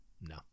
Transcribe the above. No